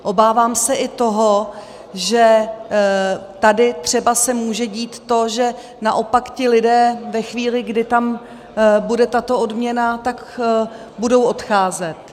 Obávám se i toho, že tady třeba se může dít to, že naopak ti lidé ve chvíli, kdy tam bude tato odměna, budou odcházet.